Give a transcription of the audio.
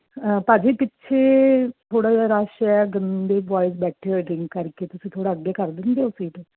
ਭਾਅ ਜੀ ਪਿੱਛੇ ਥੋੜ੍ਹਾ ਜਿਹਾ ਰਸ਼ ਹੈ ਗੰਦੇ ਬੋਇਜ ਬੈਠੇ ਹੋਏ ਡਰਿੰਕ ਕਰਕੇ ਤੁਸੀਂ ਥੋੜ੍ਹਾ ਅੱਗੇ ਕਰ ਦਿੰਦੇ ਹੋ ਸੀਟ